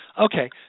Okay